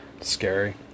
Scary